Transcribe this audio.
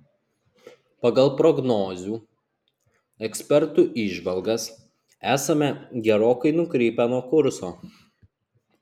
pagal prognozių ekspertų įžvalgas esame gerokai nukrypę nuo kurso